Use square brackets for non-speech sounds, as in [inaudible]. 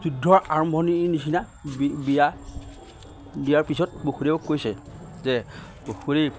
[unintelligible] আৰম্ভণিৰ নিচিনা বিয়া বিয়াৰ পিছত বসুদেৱক কৈছে যে বসুদেৱ